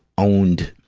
owned,